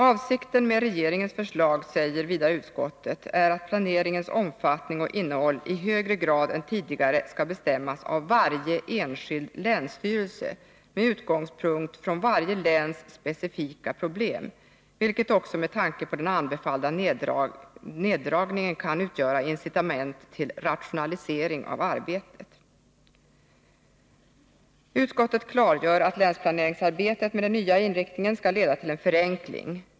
Avsikten med regeringens förslag, säger utskottet vidare, är att planeringens omfattning och innehåll i högre grad än tidigare skall bestämmas av varje enskild länsstyrelse med utgångspunkt från varje läns specifika problem, vilket också med tanke på den anbefallda neddragningen kan utgöra incitament till rationalisering av arbetet. Utskottet klargör att länsplaneringsarbetet med den nya inriktningen skall leda till en förenkling.